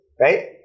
Right